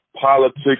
politics